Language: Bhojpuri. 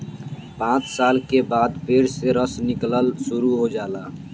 पांच साल के बाद पेड़ से रस निकलल शुरू हो जाला